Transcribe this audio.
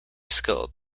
skill